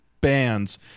bands